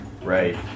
right